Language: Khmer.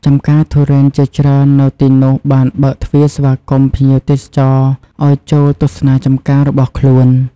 ចម្ការទុរេនជាច្រើននៅទីនោះបានបើកទ្វារស្វាគមន៍ភ្ញៀវទេសចរឱ្យចូលទស្សនាចម្ការរបស់ខ្លួន។